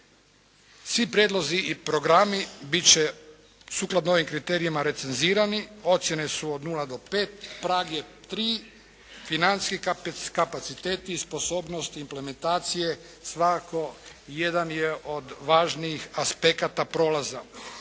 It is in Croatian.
Svi prijedlozi i programi bit će sukladno ovim kriterijima recenzirani. Ocjene su od nula do pet. Prag je tri. Financijski kapaciteti i sposobnosti implementacije svakako jedan je od važnijih aspekata prolaza.